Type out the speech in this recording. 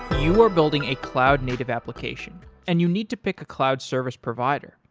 you are building a cloud-native application and you need to pick a cloud service provider.